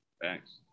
Thanks